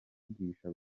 kuvugisha